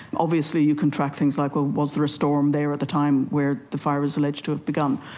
obviously you can track things like, well, was there a storm there at the time where the fire is alleged to have begun.